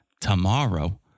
tomorrow